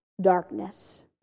darkness